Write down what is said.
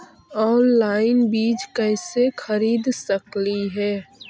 Online बीज कईसे खरीद सकली हे?